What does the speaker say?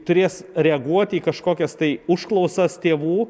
turės reaguoti į kažkokias tai užklausas tėvų